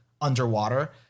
underwater